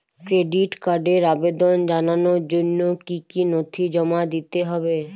Credit কার্ডের আবেদন জানানোর জন্য কী কী নথি জমা দিতে হবে?